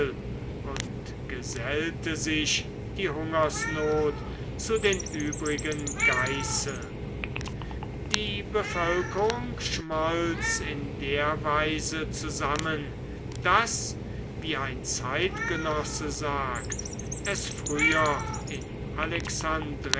und gesellte sich die hungersnot zu den übrigen geißeln die bevölkerung schmolz in der weise zusammen daß wie ein zeitgenosse sagt es früher in